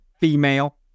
female